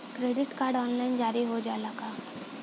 Credit card online जारी हो जाला का?